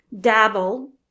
dabble